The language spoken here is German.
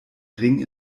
ring